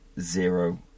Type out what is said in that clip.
zero